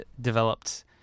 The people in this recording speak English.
developed